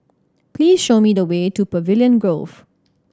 please show me the way to Pavilion Grove